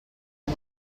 bon